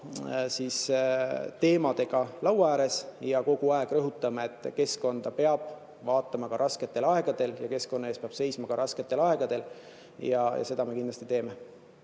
oma teemadega laua ääres ja kogu aeg rõhutame, et keskkonda peab vaatama ka rasketel aegadel ja keskkonna eest peab seisma ka rasketel aegadel. Seda me kindlasti teeme.